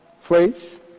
faith